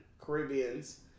Caribbeans